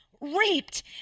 Raped